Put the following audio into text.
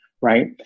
right